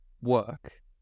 work